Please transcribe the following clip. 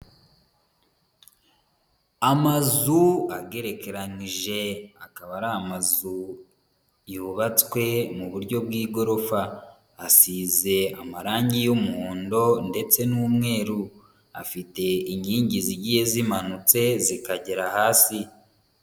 Amazu agerekeranije akaba ari amazu yubatswe mu buryo bw'igorofa, asize amarangi y'umuhondo ndetse n'umweru, afite inkingi zigiye zimanutse zikagera hasi.